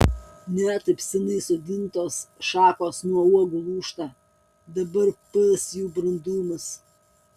ne taip seniai sodintos šakos nuo uogų lūžta dabar pats jų brandumas